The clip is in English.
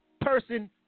person